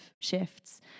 shifts